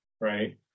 right